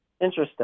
Interesting